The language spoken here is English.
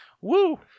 Woo